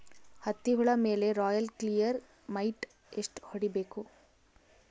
ಹತ್ತಿ ಹುಳ ಮೇಲೆ ರಾಯಲ್ ಕ್ಲಿಯರ್ ಮೈಟ್ ಎಷ್ಟ ಹೊಡಿಬೇಕು?